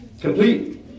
complete